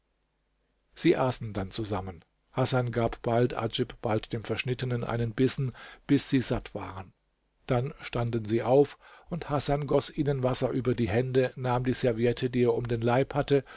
sie aßen dann zusammen hasan gab bald adjib bald dem verschnittenen einen bissen bis sie satt waren dann standen sie auf und hasan goß ihnen wasser über die hände nahm die serviette die er um den leib hatte